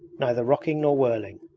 neither rocking nor whirling.